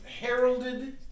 heralded